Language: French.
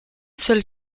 seule